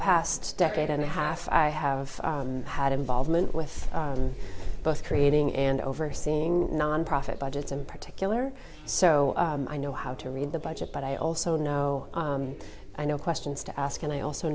past decade and a half i have had involvement with both creating and overseeing nonprofit budgets in particular so i know how to read the budget but i also know i know questions to ask and i also